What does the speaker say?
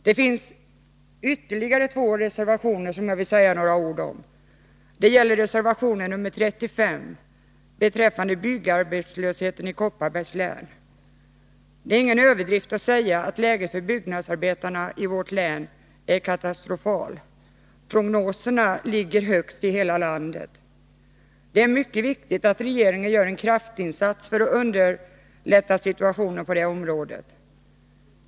Det finns ytterligare två reservationer, som jag vill säga några ord om. Det gäller först reservation nr 35 beträffande byggarbetslösheten i Kopparbergs län. Det är ingen överdrift att säga att läget för byggnadsarbetarna i vårt län är katastrofalt. Prognoserna ligger högst i hela landet. Det är mycket viktigt att regeringen gör en kraftinsats för att underlätta situationen på detta område.